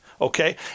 Okay